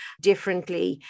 differently